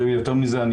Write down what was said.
ויותר מזה,